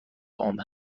عامه